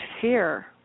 fear